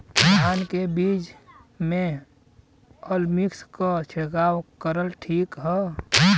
धान के बिज में अलमिक्स क छिड़काव करल ठीक ह?